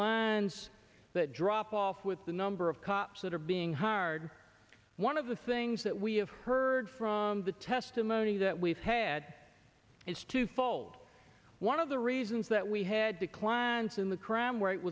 lands that drop off with the number of cops that are being hard one of the things that we have heard from the testimony that we've had is twofold one of the reasons that we had declines in the cr